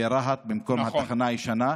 ברהט, במקום התחנה הישנה.